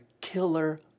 killer